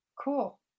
Cool